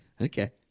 Okay